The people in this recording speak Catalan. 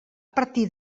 partir